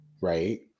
right